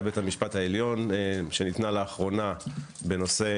בית המשפט העליון שניתנה לאחרונה בנושא